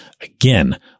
again